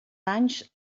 anys